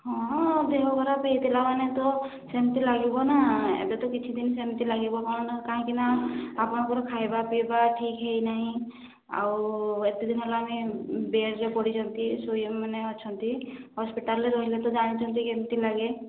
ହଁ ଦେହ ଖରାପ ହୋଇଥିଲା ମାନେ ତ ସେମିତି ଲାଗିବ ନା ଏବେ ତ କିଛି ଦିନ ସେମିତି ଲାଗିବ କ'ଣ ନା କାହିଁକି ନା ଆପଣଙ୍କର ଖାଇବା ପିଇବା ଠିକ ହେଇ ନାହିଁ ଆଉ ଏତେ ଦିନ ହେଲାଣି ବେଡ଼ରେ ପଡ଼ିଛନ୍ତି ଶୋଇ ମାନେ ଅଛନ୍ତି ହସ୍ପିଟାଲରେ ରହିଲେ ଜାଣିଛନ୍ତି କେମିତି ଲାଗେ